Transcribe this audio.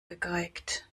gegeigt